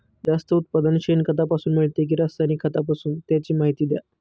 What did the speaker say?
जास्त उत्पादन शेणखतापासून मिळते कि रासायनिक खतापासून? त्याची माहिती द्या